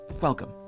Welcome